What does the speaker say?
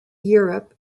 europe